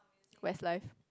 Westlife